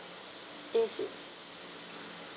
yes w~